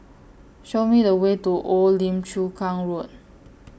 Show Me The Way to Old Lim Chu Kang Road